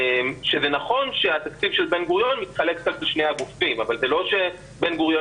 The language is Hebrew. זה נכון שהתקציב של בן-גוריון מתחלק בשני הגופים אבל זה לא שבן-גוריון